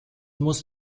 muss